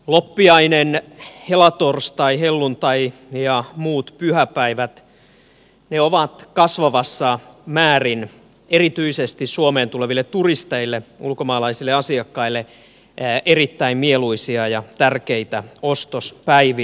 loppiainen helatorstai helluntai ja muut pyhäpäivät ovat kasvavassa määrin erityisesti suomeen tuleville turisteille ulkomaalaisille asiakkaille erittäin mieluisia ja tärkeitä ostospäiviä